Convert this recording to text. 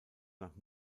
nach